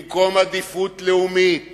במקום עדיפות לאומית